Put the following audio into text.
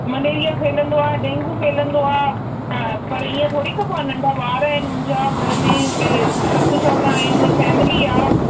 malaria फैलंदो आहे dengue फैलंदो आहे हा पर ईअं थोरी कबो आहे नंढा ॿार आहिनि मुंहिंजा घर में ॿे ससु सहुरा आहिनि फेमिली आहे